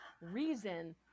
reason